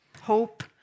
Hope